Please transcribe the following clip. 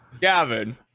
Gavin